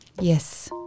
Yes